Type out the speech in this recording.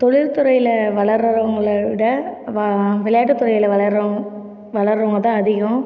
தொழில் துறையில் வளருறவங்களை விட விளையாட்டு துறையில் வளருறவங்க தான் அதிகம்